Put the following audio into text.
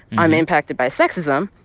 i'm impacted by sexism.